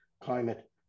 climate